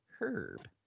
herb